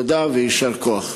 תודה ויישר כוח.